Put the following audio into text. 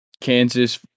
Kansas